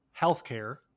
healthcare